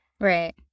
Right